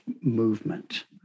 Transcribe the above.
movement